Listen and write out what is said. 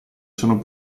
sono